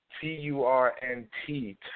T-U-R-N-T